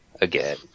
again